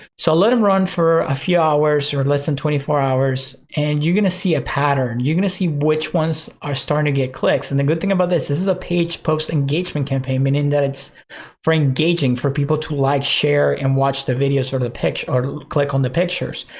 so let them run for a few hours or less than twenty four hours and you gonna see a pattern. you gonna see which ones are starting to get clicks. and the good thing about this, this is a page post engagement campaign, meaning that it's for engaging, for people to like, share and watch the videos or sort of the pictures or click on the pictures.